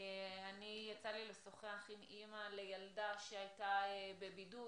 יצא לי לשוחח עם אימא לילדה שהייתה בבידוד.